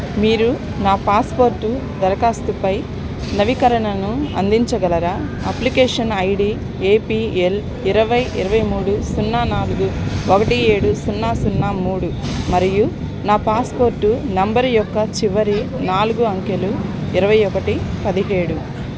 మీరు నా పాస్పోర్టు దరఖాస్తుపై నవీకరణను అందించగలరా అప్లికేషన్ ఐడి ఏపిఎల్ ఇరవై ఇరవై మూడు సున్నా నాలుగు ఒకటి ఏడు సున్నా సున్నా మూడు మరియు నా పాస్పోర్టు నంబర్ యొక్క చివరి నాలుగు అంకెలు ఇరవై ఒకటి పదిహేడు